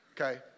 okay